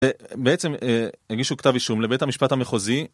בעצם הגישו כתב אישום לבית המשפט המחוזי